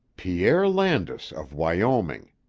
pierre landis, of wyoming.